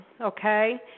okay